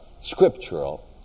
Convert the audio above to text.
scriptural